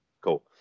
cool